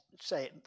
say